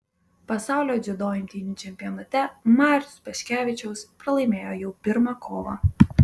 pasaulio dziudo imtynių čempionate marius paškevičiaus pralaimėjo jau pirmą kovą